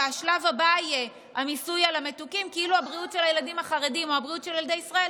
אבל עבר הזמן.